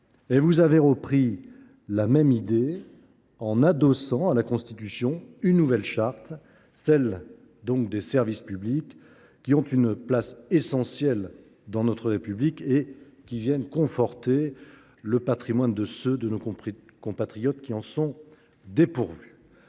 K, vous avez repris la même idée en adossant à la Constitution une nouvelle charte, celle des services publics, qui occupent une place essentielle dans notre République et viennent conforter le patrimoine de ceux de nos compatriotes qui en sont dépourvus.